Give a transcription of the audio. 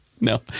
No